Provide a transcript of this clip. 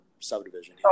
subdivision